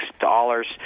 dollars